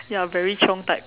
ya very chiong type